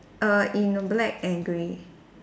err in black and grey